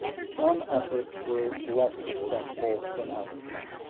some efforts were less successful than others.